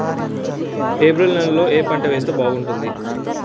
April నెలలో ఏ పంట వేస్తే బాగుంటుంది?